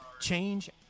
change